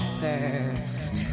first